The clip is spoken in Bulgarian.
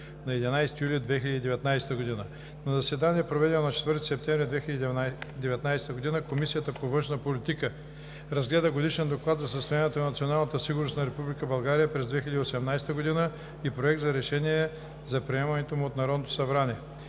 на 11 юли 2019 г. На заседание, проведено на 4 септември 2019 г., Комисията по външна политика разгледа Годишен доклад за състоянието на националната сигурност на Република България през 2018 г. и Проект за решение за приемането му от Народното събрание.